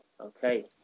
Okay